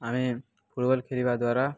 ଆମେ ଫୁଟବଲ୍ ଖେଳିବା ଦ୍ୱାରା